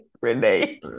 Renee